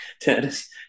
Tennis